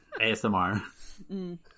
ASMR